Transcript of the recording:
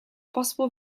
possible